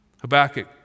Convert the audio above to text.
Habakkuk